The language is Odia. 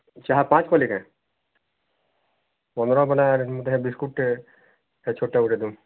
ଚାହା ପାଞ୍ଚ କଲେ କେଁ ପନ୍ଦର ମାନେ ହେ ବିସ୍କୁଟ୍ଟେ ସେ ଛୋଟ ଗୋଟେ ଦିଅନ୍ତୁ